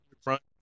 front